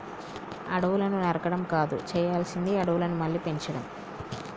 అడవులను నరకడం కాదు చేయాల్సింది అడవులను మళ్ళీ పెంచడం